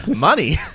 Money